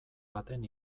baten